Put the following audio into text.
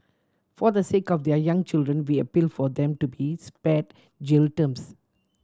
for the sake of their young children we appeal for them to be spared jail terms